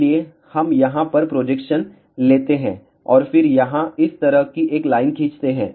इसलिए हम यहां पर प्रोजेक्शन लेते हैं और फिर यहां इस तरह की एक लाइन खींचते हैं